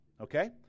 Okay